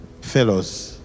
fellows